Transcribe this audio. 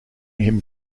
him